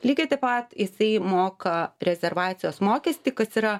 lygiai taip pat jisai moka rezervacijos mokestį kas yra